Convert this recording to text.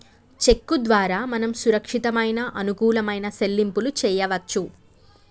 చెక్కు ద్వారా మనం సురక్షితమైన అనుకూలమైన సెల్లింపులు చేయవచ్చు